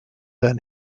earn